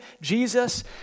Jesus